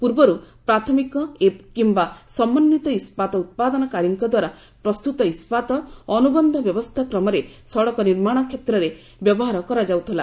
ପୂର୍ବରୁ ପ୍ରାଥମିକ କିମ୍ବା ସମନ୍ୱିତ ଇସ୍କାତ ଉତ୍ପାଦନକାରୀଙ୍କଦ୍ୱାରା ପ୍ରସ୍ତୁତ ଇସ୍କାତ ଅନୁବନ୍ଧ ବ୍ୟବସ୍ଥା କ୍ରମରେ ସଡ଼କ ନିର୍ମାଣ କ୍ଷେତ୍ରରେ ବ୍ୟବହାର କରାଯାଉଥିଲା